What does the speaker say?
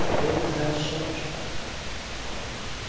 there was that soldier barbara.